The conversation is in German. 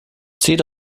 zieht